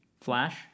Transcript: flash